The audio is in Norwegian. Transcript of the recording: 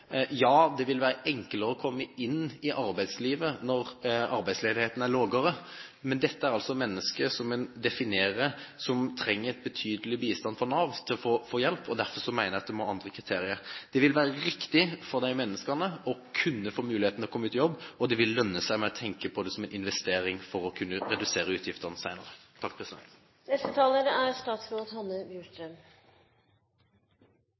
Ja, det vil være enklere å komme inn i arbeidslivet når arbeidsledigheten er lavere, men dette er altså mennesker som man har definert at trenger en betydelig bistand fra Nav for å få hjelp. Derfor mener jeg at det må andre kriterier til. Det vil være riktig for disse menneskene å kunne få muligheten til å komme ut i jobb, og det vil lønne seg å tenke på det som en investering for å kunne redusere utgiftene senere. Takk for engasjementet. Jeg mener at i det store og det hele er